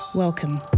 Welcome